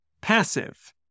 passive